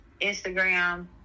Instagram